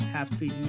Happy